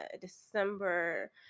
December